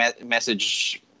message